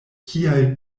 kial